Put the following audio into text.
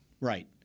Right